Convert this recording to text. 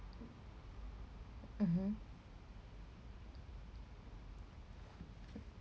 mmhmm